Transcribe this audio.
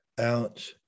out